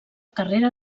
carrera